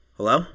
Hello